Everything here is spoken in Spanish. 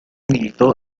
militó